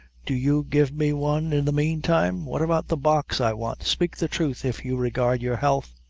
do you give me one in the manetime. what about the box i want? spake the truth, if you regard your health.